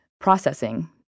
processing